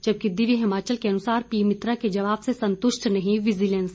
जबकि दिव्य हिमाचल के अनुसार पी मित्रा के जवाब से संतुष्ट नहीं विजीलेंस